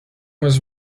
was